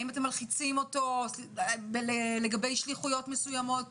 האם אתם מלחיצים אותו לגבי שליחויות מסוימות